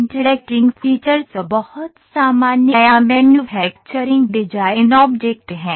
interacting features बहुत सामान्य या मैन्युफैक्चरिंग डिजाइन ऑब्जेक्ट हैं